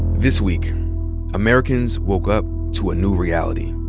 this week americans woke up to a new reality.